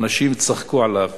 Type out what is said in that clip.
אנשים צחקו עליו,